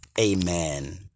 Amen